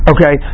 Okay